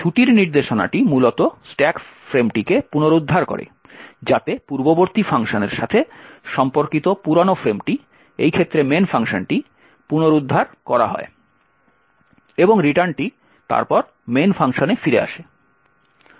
ছুটির নির্দেশনাটি মূলত স্ট্যাক ফ্রেমটিকে পুনরুদ্ধার করে যাতে পূর্ববর্তী ফাংশনের সাথে সম্পর্কিত পুরানো ফ্রেমটি এই ক্ষেত্রে main ফাংশনটি পুনরুদ্ধার করা হয় এবং রিটার্নটি তারপর main ফাংশনে ফিরে আসে